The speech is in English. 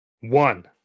One